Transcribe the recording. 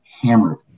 hammered